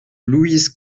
louise